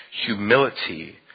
humility